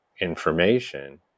information